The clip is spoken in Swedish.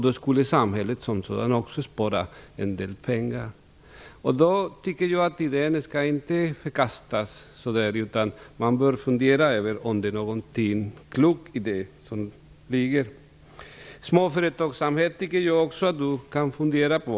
Då skulle samhället som sådant också spara en del. Jag tycker inte att idén skall förkastas utan vidare, utan man bör fundera över om det ligger något klokt i den. Småföretagsamhet är också någonting som jag tycker att arbetsmarknadsministern kan fundera på.